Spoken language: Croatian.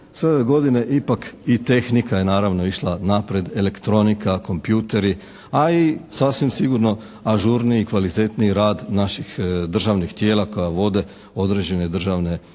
ove godine ipak i tehnika je naravno išla naprijed, elektronika, kompjuteri, a i sasvim sigurno ažurniji, kvalitetniji rad naših državnih tijela koji vode određene državne i